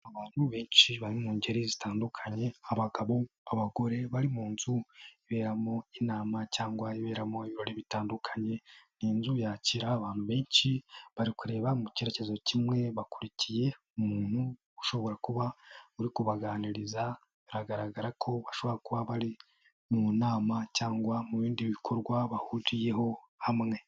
Abantu benshi bari mu ngeri zitandukanye, abagabo, abagore bari mu nzu iberamo inama cyangwa ibibera mu birori bitandukanye, ni inzu yakira abantu benshi, bari kureba mu cyerekezo kimwe, bakurikiye umuntu ushobora kuba uri kubaganiriza, biragaragara ko bashobora kuba bari mu nama cyangwa mu bindi bikorwa bahuriyeho hamwe.